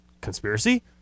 Conspiracy